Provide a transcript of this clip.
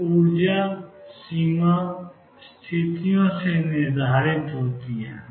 तो ऊर्जा सीमा स्थितियों से निर्धारित होती है